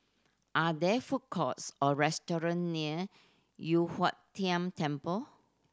are there food courts or restaurant near Yu Huang Tian Temple